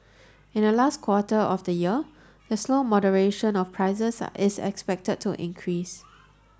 in the last quarter of the year the slow moderation of prices is expected to increase